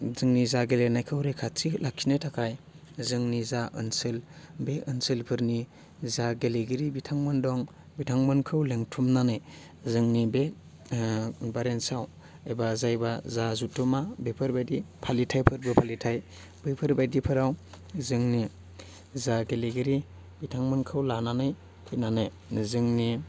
जोंनि जा गेलेनायखौ रैखाथि लाखिनो थाखाय जोंनि जा ओनसोल बे ओनसोलफोरनि जा गेलेगिरि बिथांमोन दं बिथांमोनखौ लिंथुमनानै जोंनि बे कनफारेन्सआव एबा जायबा जा जथुम्मा बेफोरबादि फालिथाइ फोरबो फालिथाइ बैफोरबादिफोराव जोंनि जा गेलेगिरि बिथांमोनखौ लानानै फैनानै जोंनि